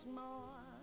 more